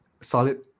solid